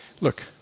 Look